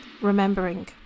remembering